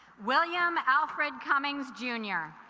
william alfred cummings jr.